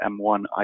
M1